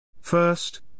First